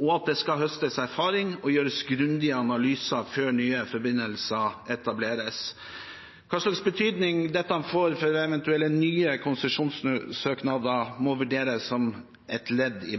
og at det skal høstes erfaring og gjøres grundige analyser før nye forbindelser etableres. Hva slags betydning dette får for eventuelle nye konsesjonssøknader, må vurderes som et ledd i